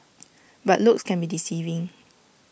but looks can be deceiving